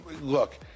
Look